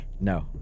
No